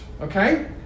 Okay